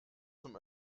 zum